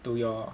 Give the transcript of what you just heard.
to your